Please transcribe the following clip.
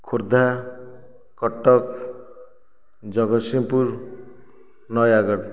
Khordha Cuttack Jagatsinghpur Nayagarh